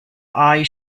eyes